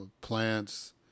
plants